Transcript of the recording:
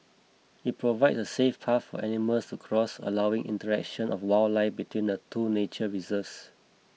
it provides a safe path for animals to cross allowing interaction of wildlife between the two nature reserves